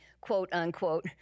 quote-unquote